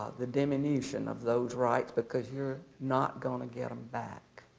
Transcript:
the diminution of those rights because you're not going to get them back.